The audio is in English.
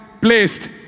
placed